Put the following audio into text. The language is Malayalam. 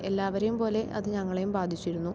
എല്ലാവരെയും പോലെ അത് ഞങ്ങളേയും ബാധിച്ചിരുന്നു